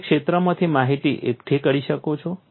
તમે ક્ષેત્રમાંથી માહિતી એકઠી કરો છો